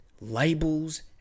labels